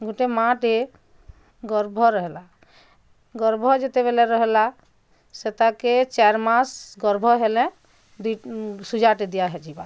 ଗୁଟେ ମାଟେ ଗର୍ଭର ହେଲା ଗର୍ଭ ଯେତେବେଲେ ରହେଲା ସେ ତାକେ ଚାର୍ ମାସ୍ ଗର୍ଭ ହେଲେ ସୁଜାଟେ ଦିଆଯିବା